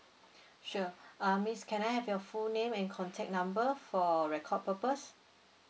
sure uh miss can I have your full name and contact number for record purpose